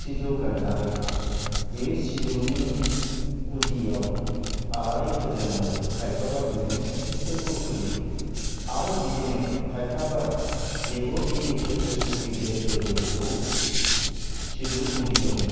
सिजौ गायनानै बे सिजौनि गुदियाव आलारि फोजोंनानै खायफाबा बिदिनो इसोरखौ फुजिदों आरो बिदिनो खायफाबा देब' देबि थेथ्रिस खौथि देबगनखौ सिजौ गुदियावनो